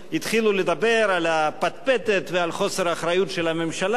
התחילו לדבר על הפטפטת ועל חוסר האחריות של הממשלה.